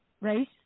race